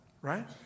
right